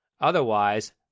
Otherwise